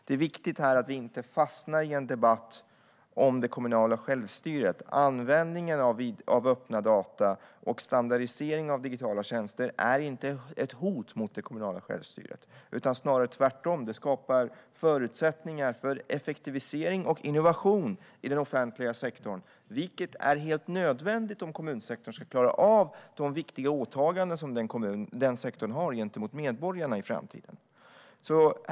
Det är viktigt att vi inte fastnar i en debatt om det kommunala självstyret. Användningen av öppna data och standardisering av digitala tjänster är inte ett hot mot det kommunala självstyret. Tvärtom skapar det snarare förutsättningar för effektivisering och innovation i den offentliga sektorn, vilket är helt nödvändigt om kommunsektorn ska klara av sina viktiga åtaganden gentemot medborgarna i framtiden.